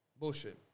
bullshit